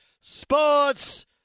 Sports